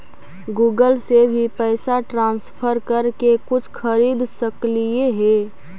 Google से भी पैसा ट्रांसफर कर के कुछ खरिद सकलिऐ हे?